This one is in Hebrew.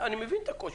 הרי אם אגדיל לך את כוח